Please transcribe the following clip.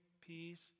peace